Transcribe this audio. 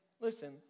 listen